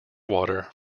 water